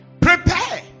Prepare